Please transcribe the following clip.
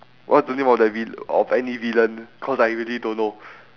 what's the name of that vil~ of any villain cause I really don't know